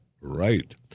Right